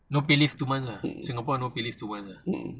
no pay leave two months lah singapore no pay leave two months ah